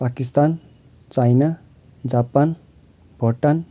Pakistan China Japan Bhotang